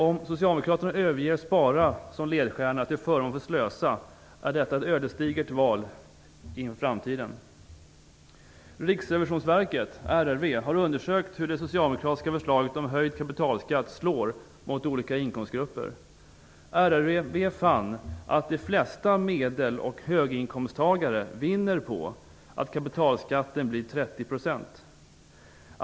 Om Socialdemokraterna överger Spara som ledstjärna till förmån för Slösa är detta ett ödesdigert val inför framtiden. Riksrevisionsverket har undersökt hur det socialdemokratiska förslaget om höjd kapitalskatt slår mot olika inkomstgrupper. RRV fann att de flesta medel och höginkomsttagare vinner på att kapitalskatten blir 30 %.